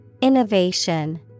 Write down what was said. Innovation